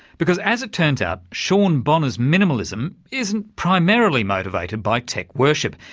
because as it turns out sean bonner's minimalism isn't primarily motivated by tech worship.